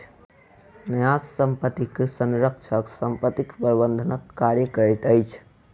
न्यास संपत्तिक संरक्षक संपत्ति प्रबंधनक कार्य करैत अछि